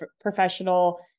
professional